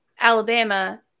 Alabama